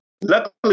Luckily